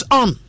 on